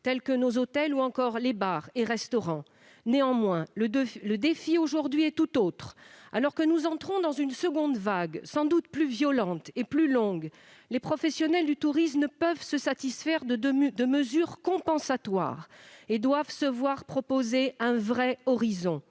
tels les hôtels ou encore les bars et restaurants. Toutefois, le défi est aujourd'hui tout autre : alors que nous entrons dans une seconde vague, sans doute plus violente et plus longue, les professionnels du tourisme ne peuvent se satisfaire de mesures compensatoires et doivent se voir proposer un véritable horizon.